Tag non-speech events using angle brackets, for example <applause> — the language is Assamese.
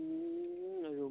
<unintelligible>